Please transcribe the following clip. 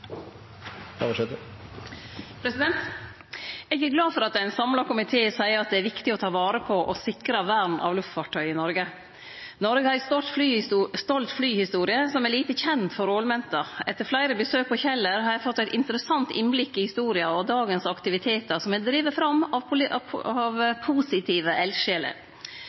fast. Eg er glad for at ein samla komité seier at det er viktig å ta vare på og sikre vern av luftfartøy i Noreg. Noreg har ei stolt flyhistorie som er lite kjend for ålmenta. Etter fleire besøk på Kjeller har eg fått eit interessant innblikk i historia og dagens aktivitetar, som er drivne fram av positive eldsjeler. Kjeller står i dag for ein tredel av